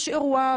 יש אירוע,